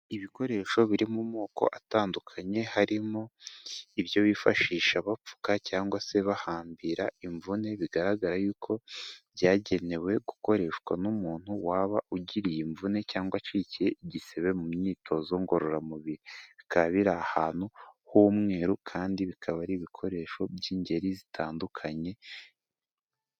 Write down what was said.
Ibikoresho biri mu moko atandukanye harimo ibyo bifashisha bapfuka cyangwa se bahambira imvune bigaragara y'uko byagenewe gukoreshwa n'umuntu waba ugiriye imvune cyangwa acikiye igisebe mu myitozo ngororamubiri, bikaba biri ahantutu h'umweru kandi bikaba ari ibikoresho by'ingeri zitandukanye.